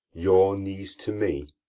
your knees to me?